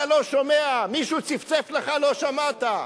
אתה לא שומע, מישהו צפצף לך, לא שמעת,